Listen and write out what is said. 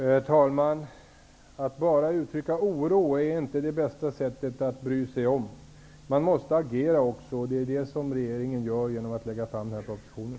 Herr talman! Att bara uttrycka oro är inte det bästa sättet att bry sig om. Man måste också agera, och det gör regeringen genom att lägga fram den här propositionen.